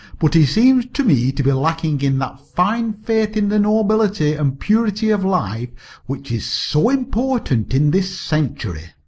but he seems to me to be lacking in that fine faith in the nobility and purity of life which is so important in this century.